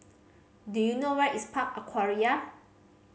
do you know where is Park Aquaria